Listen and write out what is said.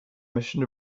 mission